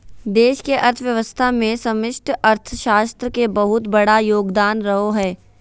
देश के अर्थव्यवस्था मे समष्टि अर्थशास्त्र के बहुत बड़ा योगदान रहो हय